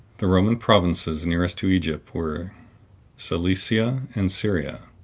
the roman provinces nearest to egypt were cilicia and syria,